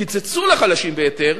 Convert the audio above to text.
קיצצו לחלשים ביותר,